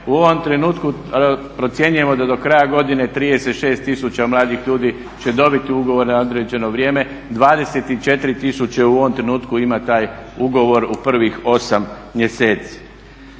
u ovom trenutku procjenjujemo da do kraja godine 36 tisuća mladih ljudi će dobiti ugovore na neodređeno vrijeme, 24 tisuće u ovom trenutku ima taj ugovor u prvih 8 mjeseci.